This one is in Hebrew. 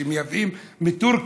שמייבאים מטורקיה.